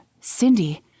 Cindy